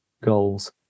Goals